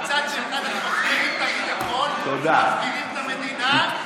מצד אחד, מפקירים את המדינה,